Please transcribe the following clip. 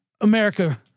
America